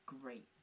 great